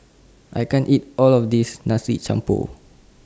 I can't eat All of This Nasi Campur